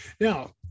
Now